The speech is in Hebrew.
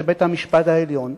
הוא בית-המשפט העליון,